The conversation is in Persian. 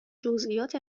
جزئیات